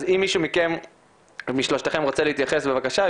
אז אם מישהו מכם רוצה להתייחס, בבקשה.